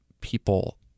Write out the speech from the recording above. people